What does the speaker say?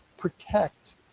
protect